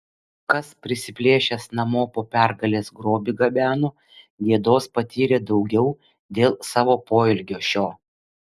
kas prisiplėšęs namo po pergalės grobį gabeno gėdos patyrė daugiau dėl savo poelgio šio